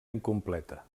incompleta